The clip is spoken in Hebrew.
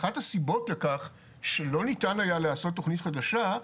אחת הסיבות לכך שלא ניתן היה לעשות תכנית חדשה,